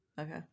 Okay